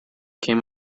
came